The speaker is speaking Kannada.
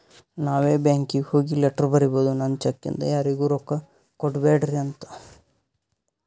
ನಾವೇ ಬ್ಯಾಂಕೀಗಿ ಹೋಗಿ ಲೆಟರ್ ಬರಿಬೋದು ನಂದ್ ಚೆಕ್ ಇಂದ ಯಾರಿಗೂ ರೊಕ್ಕಾ ಕೊಡ್ಬ್ಯಾಡ್ರಿ ಅಂತ